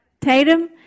Tatum